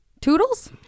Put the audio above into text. Toodles